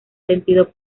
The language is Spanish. sentido